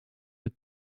een